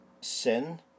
sin